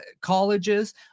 colleges